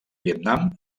vietnam